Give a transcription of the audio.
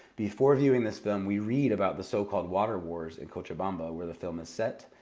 before viewing this film, we read about the so called water wars in cochabamba, where the film is set,